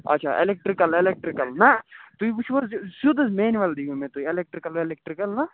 اچھا electrical electrical نہ تُہۍ وُچھو حظ سیٚود حظ مینوَل دِیو مےٚ تُہۍ ایٚلَکٹرکَل ویٚلَکٹرکل نہٕ